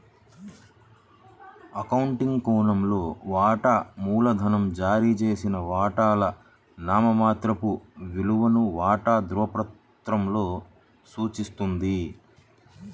accounting కోణంలో, వాటా మూలధనం జారీ చేసిన వాటాల నామమాత్రపు విలువను వాటా ధృవపత్రాలలో సూచిస్తుంది